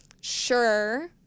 Sure